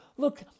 Look